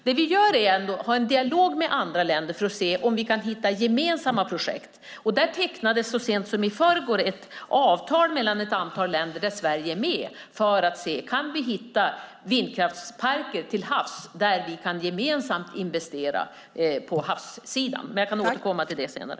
Det vi gör är ändå att ha en dialog med andra länder för att se om vi kan hitta gemensamma projekt, och så sent som i förrgår tecknades ett avtal mellan ett antal länder - Sverige är ett - för att se om vi kan hitta vindkraftsparker till havs där vi gemensamt kan investera. Jag kan återkomma till detta senare.